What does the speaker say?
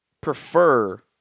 prefer